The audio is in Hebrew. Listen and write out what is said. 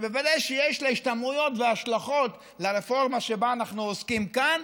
שבוודאי שיש לה משמעויות והשלכות על הרפורמה שבה אנחנו עוסקים כאן,